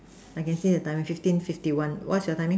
I can see the timing fifteen fifty one what's your timing